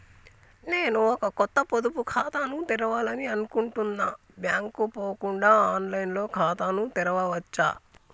నేను ఒక కొత్త పొదుపు ఖాతాను తెరవాలని అనుకుంటున్నా బ్యాంక్ కు పోకుండా ఆన్ లైన్ లో ఖాతాను తెరవవచ్చా?